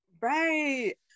right